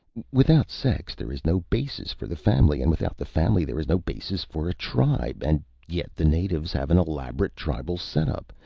without sex, there is no basis for the family, and without the family there is no basis for a tribe, and yet the natives have an elaborate tribal setup,